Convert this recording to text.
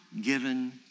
given